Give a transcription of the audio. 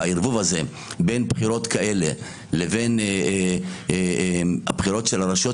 והערבוב הזה בין בחירות כאלה לבין הבחירות של הרשויות